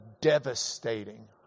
devastating